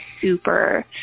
super